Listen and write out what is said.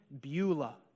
Beulah